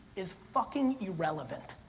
is fucking irrelevant.